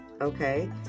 Okay